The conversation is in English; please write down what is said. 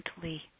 gently